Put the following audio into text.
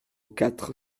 quatre